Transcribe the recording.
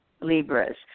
Libras